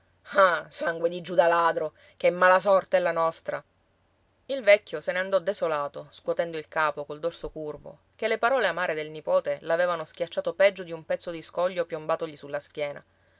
ah sangue di giuda ladro che malasorte è la nostra il vecchio se ne andò desolato scuotendo il capo col dorso curvo ché le parole amare del nipote l'avevano schiacciato peggio di un pezzo di scoglio piombatogli sulla schiena